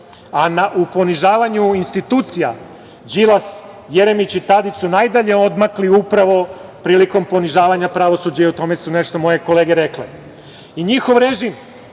a u ponižavanju institucija Đilas, Jeremić i Tadić su najdalje odmakli upravo prilikom ponižavanja pravosuđa. O tome su nešto moje kolege rekle. Njihov režim